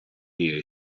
year